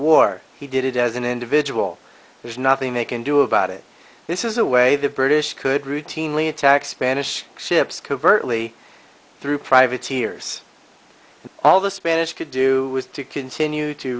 war he did it as an individual there's nothing they can do about it this is a way the british could routinely attack spanish ships covertly through privateers all the spanish could do was to continue to